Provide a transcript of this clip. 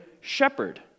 shepherd